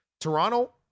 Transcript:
Toronto